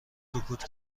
سکوت